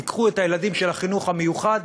תיקחו את הילדים של החינוך המיוחד,